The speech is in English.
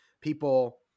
People